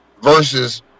versus